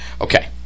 okay